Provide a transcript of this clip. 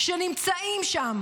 שנמצאים שם